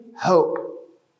hope